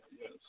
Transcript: yes